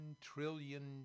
trillion